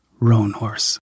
Roanhorse